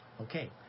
Okay